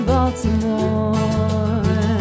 Baltimore